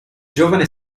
giovane